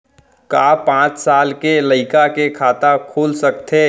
का पाँच साल के लइका के खाता खुल सकथे?